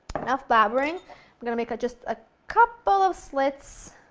enough blabbering, we're going to make just a couple of slits,